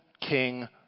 king